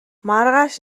маргааш